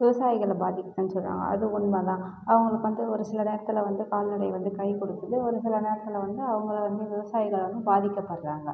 விவசாயிகளை பாதிக்கும் சொல்கிறாங்க அது உண்மை தான் அவங்களுக்கு வந்து ஒரு சில நேரத்தில் வந்து கால்நடை வந்து கை கொடுக்குது ஒரு சில நேரத்தில் வந்து அவங்கள வந்து விவசாயத்தால் வந்து பாதிக்கப்படுகிறாங்க